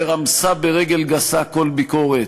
ורמסה ברגל גסה כל ביקורת,